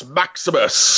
maximus